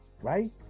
right